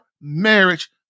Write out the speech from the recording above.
marriage